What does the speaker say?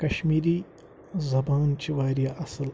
کَشمیٖری زَبان چھِ وارِیاہ اَصٕل